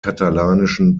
katalanischen